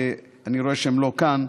אני רואה שהם לא כאן,